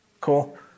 Cool